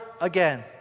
again